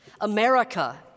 America